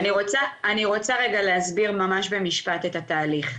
אני רוצה להסביר במשפט את התהליך.